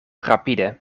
rapide